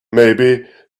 maybe